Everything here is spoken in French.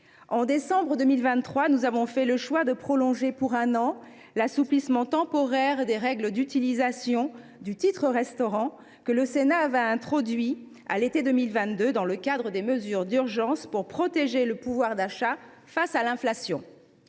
en décembre 2023, le Sénat a choisi de prolonger pour un an l’assouplissement temporaire des règles d’utilisation du titre restaurant qu’il avait introduit à l’été 2022, dans le cadre des mesures d’urgence pour protéger le pouvoir d’achat face à l’inflation.